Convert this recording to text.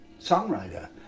songwriter